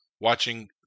watching